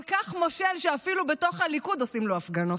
כל כך מושל שאפילו בתוך הליכוד עושים לו הפגנות.